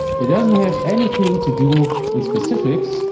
it doesn't have anything to do, in specifics,